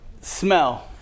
Smell